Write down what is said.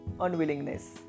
Unwillingness